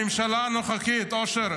הממשלה הנוכחית, אושר,